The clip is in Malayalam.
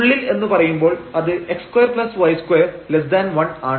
ഉള്ളിൽ എന്ന് പറയുമ്പോൾ അത് x2y21 ആണ്